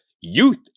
youth